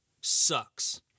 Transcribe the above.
Sucks